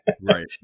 Right